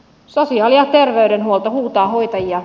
sosiaali ja terveydenhuolto huutaa hoitajia